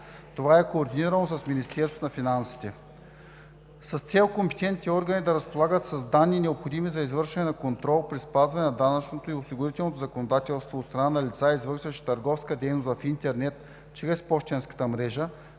Това е координирано с Министерството на финансите. С цел компетентните органи да разполагат с данни, необходими за извършване на контрол при спазване на данъчното и осигурителното законодателство от страна на лица, извършващи търговска дейност в интернет чрез пощенската мрежа,